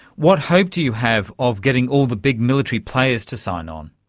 what hope do you have of getting all the big military players to sign on?